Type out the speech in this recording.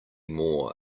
more